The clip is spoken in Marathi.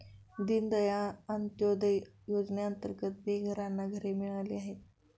दीनदयाळ अंत्योदय योजनेअंतर्गत बेघरांनाही घरे मिळाली आहेत